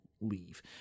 leave